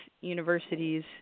universities